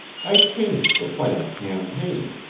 i changed the plan of campaign.